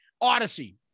Odyssey